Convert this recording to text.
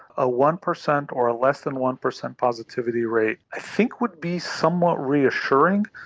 a one percent or a less than one percent positivity rate i think would be somewhat reassuring.